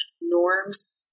norms